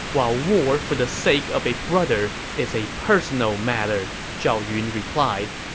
while war for the sake of a brother is a personal matter, zhao yun replied.